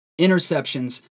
interceptions